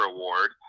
Award